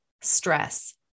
stress